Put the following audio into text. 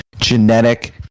genetic